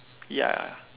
ya